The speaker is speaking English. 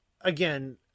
again